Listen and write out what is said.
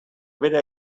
bere